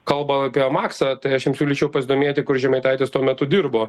kalba apie maksą tai aš jam siūlyčiau pasidomėti kur žemaitaitis tuo metu dirbo